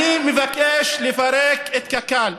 אני מבקש לפרק את קק"ל,